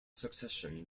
succession